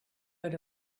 out